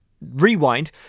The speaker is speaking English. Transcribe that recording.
rewind